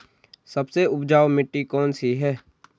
सबसे उपजाऊ मिट्टी कौन सी है?